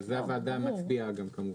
על זה הוועדה מצביעה גם.